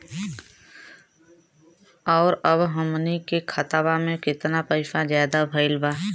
और अब हमनी के खतावा में कितना पैसा ज्यादा भईल बा?